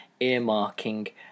earmarking